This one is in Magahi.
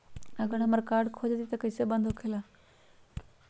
अगर हमर कार्ड खो जाई त इ कईसे बंद होकेला?